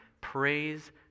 Praise